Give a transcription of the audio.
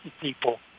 people